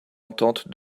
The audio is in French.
entente